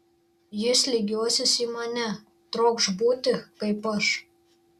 jis lygiuosis į mane trokš būti kaip aš